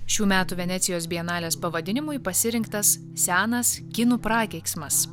šių metų venecijos bienalės pavadinimui pasirinktas senas kinų prakeiksmas